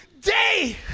day